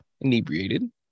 inebriated